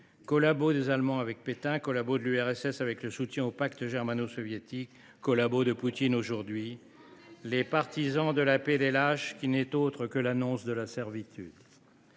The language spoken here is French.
! Collabos des Allemands avec Pétain, collabos de l’URSS avec le soutien au pacte germano soviétique, collabos de Poutine aujourd’hui, ils sont les partisans de la paix des lâches, qui n’est autre que l’annonce de la servitude.